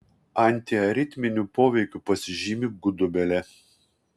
antiaritminiu poveikiu pasižymi gudobelė